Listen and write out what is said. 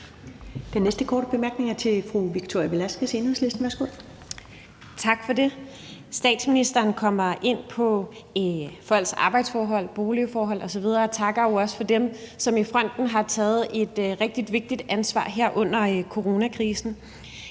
Enhedslisten. Værsgo. Kl. 13:11 Victoria Velasquez (EL): Tak for det. Statsministeren kommer ind på folks arbejdsforhold, boligforhold osv. og takker jo også dem, som i fronten har taget et rigtig vigtigt ansvar her under coronakrisen.